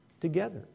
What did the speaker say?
together